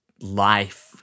life